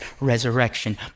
resurrection